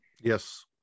Yes